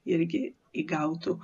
irgi įgautų